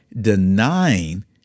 denying